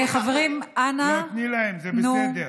חברים, אנא, תני להם, זה בסדר.